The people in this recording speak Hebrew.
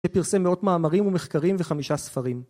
ופרסם מאות מאמרים ומחקרים וחמישה ספרים